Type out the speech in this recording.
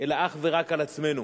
אלא אך ורק על עצמנו.